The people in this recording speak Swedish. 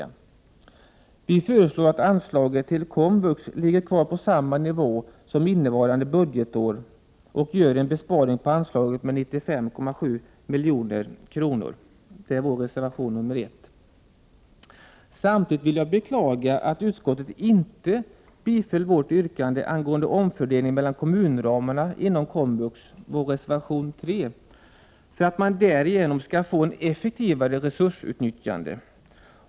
Vi föreslår i vår reservation nr 1 att anslaget till komvux ligger kvar på samma nivå som innevarande budgetår och gör en besparing på anslaget med 95,7 milj.kr. Samtidigt vill jag beklaga att utskottet inte tillstyrkte vårt yrkande i reservation 3 angående omfördelning mellan kommunramarna inom komvux för att man därigenom skall få ett effektivare resursutnyttjande.